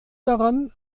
daran